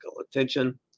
attention